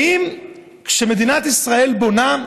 האם כשמדינת ישראל בונה,